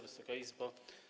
Wysoka Izbo!